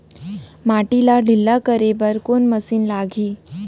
माटी ला ढिल्ला करे बर कोन मशीन लागही?